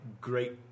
great